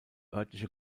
örtliche